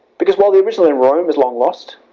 because while the original in rome is long lost,